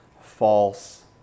false